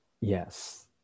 Yes